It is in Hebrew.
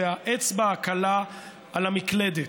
האצבע הקלה על המקלדת.